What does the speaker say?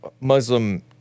Muslim